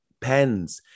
pens